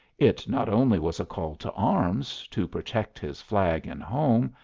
it not only was a call to arms, to protect his flag and home,